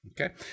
Okay